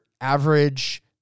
average